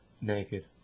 Naked